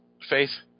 faith